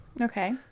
Okay